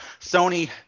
Sony